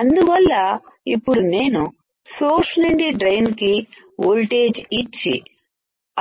అందువల్ల ఇప్పుడు నేను సోర్స్ నుండి డ్రైన్ కి వోల్టేజ్ ఇచ్చి